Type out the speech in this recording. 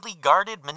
guarded